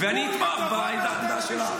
ואני אתמוך בעמדה שלך.